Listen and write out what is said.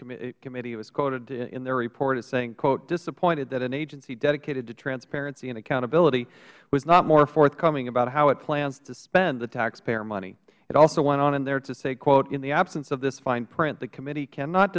appropriations committee was quoted in their report as saying quote disappointed that an agency dedicated to transparency and accountability was not more forthcoming about how it plans to spend the taxpayer money it also went on in there to say quote in the absence of this fine print the committee cannot